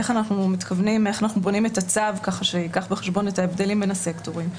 איך אנחנו בונים את הצו כך שייקח בחשבון את ההבדלים בין הסקטורים,